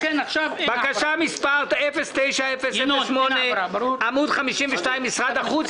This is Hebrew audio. עמוד 52, בקשה מס' 09-008 משרד החוץ.